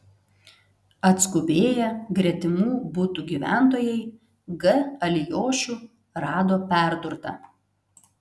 atskubėję gretimų butų gyventojai g alijošių rado perdurtą